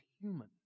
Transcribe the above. human